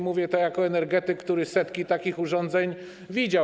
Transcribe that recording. Mówię to jako energetyk, który setki takich urządzeń widział.